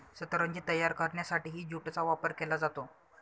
सतरंजी तयार करण्यासाठीही ज्यूटचा वापर केला जातो